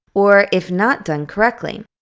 or if not done correctly.